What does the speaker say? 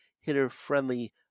hitter-friendly